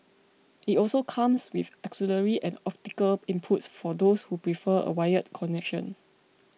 it also comes with auxiliary and optical inputs for those who prefer a wired connection